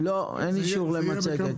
לא, אין אישור למצגת.